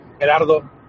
Gerardo